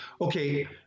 okay